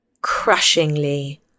crushingly